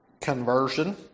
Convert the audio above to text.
conversion